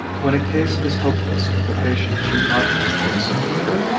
when a case is hopeless the patient should not undertake such a trip,